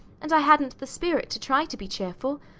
and i hadn't the spirit to try to be cheerful.